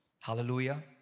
Hallelujah